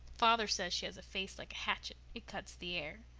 father says she has a face like a hatchet it cuts the air.